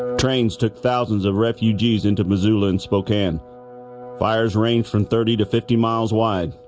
trains took thousands of refugees into, missoula and spokane fires ranged from thirty to fifty miles wide.